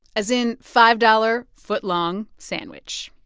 as in five-dollar footlong sandwich